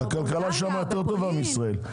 הכלכלה שם יותר טובה מאשר בישראל.